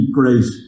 great